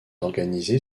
organisé